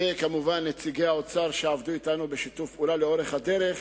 וכמובן נציגי האוצר שעבדו אתנו בשיתוף פעולה לאורך הדרך: